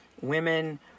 women